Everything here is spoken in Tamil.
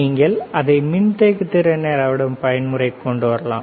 நீங்கள் அதை மின்தேக்கு திறனை அளவிடும் பயன்முறைக்கு கொண்டு வரலாம்